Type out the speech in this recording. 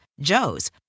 Joe's